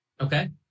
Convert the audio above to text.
Okay